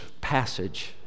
passage